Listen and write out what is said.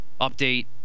update